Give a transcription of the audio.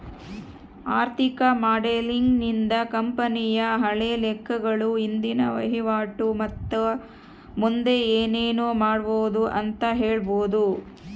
ಆರ್ಥಿಕ ಮಾಡೆಲಿಂಗ್ ನಿಂದ ಕಂಪನಿಯ ಹಳೆ ಲೆಕ್ಕಗಳು, ಇಂದಿನ ವಹಿವಾಟು ಮತ್ತೆ ಮುಂದೆ ಏನೆನು ಮಾಡಬೊದು ಅಂತ ಹೇಳಬೊದು